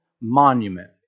monument